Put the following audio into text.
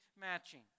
matching